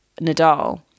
Nadal